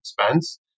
expense